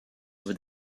with